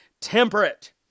temperate